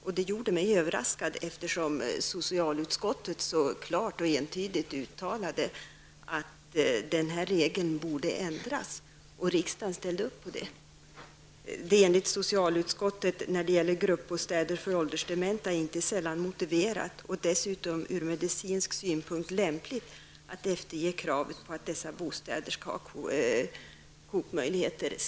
Detta gjorde mig överraskad, eftersom socialutskottet så klart och entydigt hade uttalat att den här regeln borde ändras. Riksdagen ställde också upp på detta. Utskottet skrev: ''Det är enligt socialutskottet, när det gäller gruppbostäder för åldersdementa, inte sällan motiverat och dessutom ur medicinsk synpunkt lämpligt att efterge kravet på att dessa bostäder skall ha kokmöjligheter.''